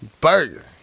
Burger